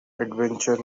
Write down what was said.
adventure